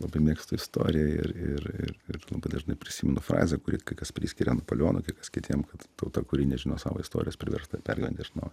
labai mėgstu istoriją ir ir ir ir dažnai prisimenu frazę kuri kai kas priskiria napoleonui kai kas kitiem kad tauta kuri nežino savo istorijos priversta pergyvent iš naujo